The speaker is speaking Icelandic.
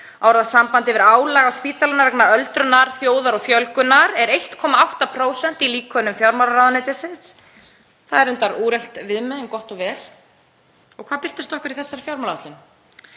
orðasamband yfir álag á spítalann vegna öldrunar þjóðar og fjölgunar, er 1,8% í líkönum fjármálaráðuneytisins. Það er reyndar úrelt viðmið, en gott og vel. Og hvað birtist okkur í þessari fjármálaáætlun?